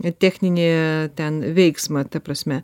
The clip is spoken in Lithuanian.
techninį ten veiksmą ta prasme